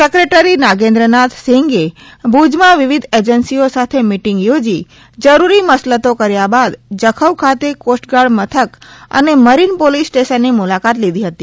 secretary Nagendranath સિંઘએ ભુજમાં વિવિધ એજન્સીઓ સાથે મિટીંગ યોજી જરૂરી મસલતો કર્યા બાદ જખૌ ખાતે કોસ્ટગાર્ડ મથક અને મરીન પોલીસ સ્ટેશનની મુલાકાત લીધી હતી